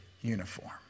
uniform